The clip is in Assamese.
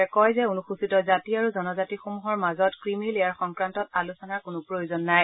তেওঁ কয় যে অনুসচিত জাতি আৰু জনজাতিসমূহৰ মাজত ক্ৰিমিলেয়াৰ সংক্ৰান্তত আলোচনাৰ কোনো প্ৰয়োজন নাই